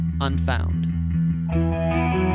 Unfound